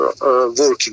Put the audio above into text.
working